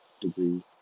degree